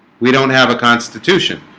we don't have a constitution.